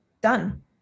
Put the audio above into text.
done